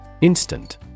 Instant